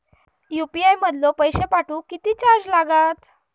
UPI मधलो पैसो पाठवुक किती चार्ज लागात?